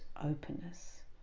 openness